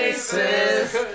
Faces